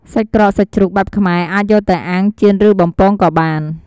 សាច់ក្រកសាច់ជ្រូកបែបខ្មែរអាចយកទៅ អាំង ចៀន ឬបំពង ក៏បាន។